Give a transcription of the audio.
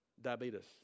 diabetes